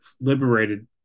liberated